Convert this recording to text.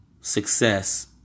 success